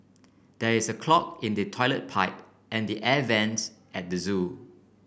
there is a clog in the toilet pipe and the air vents at the zoo